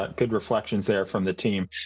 but good reflections there from the team.